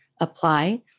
apply